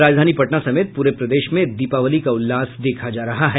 राजधानी पटना समेत पूरे प्रदेश में दीपावली का उल्लास देखा जा रहा है